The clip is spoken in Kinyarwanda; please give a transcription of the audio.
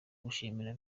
gushimira